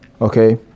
Okay